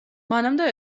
მანამდე